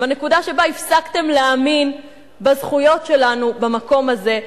בנקודה שבה הפסקתם להאמין בזכויות שלנו במקום הזה.